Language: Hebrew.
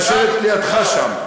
לשבת לידך שם.